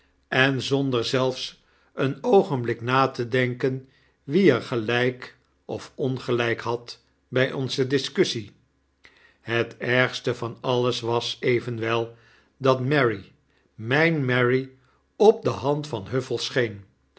en zonder zelfs een oogenblik na te denken wie er gelijk of ongelijknad bij onze discussie het ergste van alles was evenwel dat mary mijne mary op de hand van huffell scheen